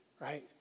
right